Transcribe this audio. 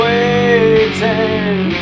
Waiting